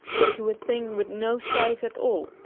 but to a thing with no size at all,